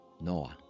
Noah